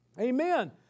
Amen